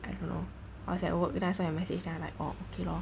I don't know I was at work then I saw your message then I like orh okay loh